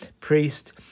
priest